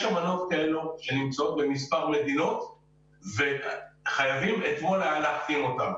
יש אמנות כאלו שנמצאות במספר מדינות וחייבים לעשות אותן.